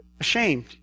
ashamed